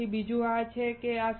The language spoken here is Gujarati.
પછી બીજું એક છે જે આ છે